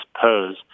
pose